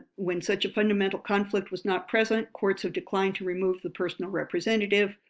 when such a fundamental conflict was not present, courts have declined to remove the personal representative,